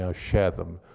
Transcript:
ah share them,